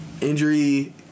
injury